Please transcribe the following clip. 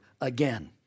again